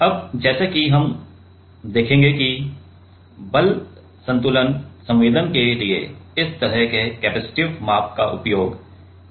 अब जैसे कि हम देखेंगे कि हम बल संतुलन संवेदन के लिए इस तरह के कैपेसिटिव माप का उपयोग कैसे कर सकते हैं